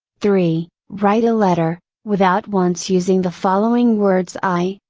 three write a letter, without once using the following words i,